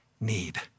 need